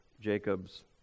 Jacob's